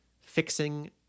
fixing